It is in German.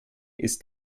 ist